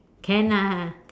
can lah